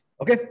okay